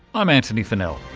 i'm antony funnell.